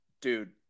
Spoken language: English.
dude